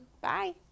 Bye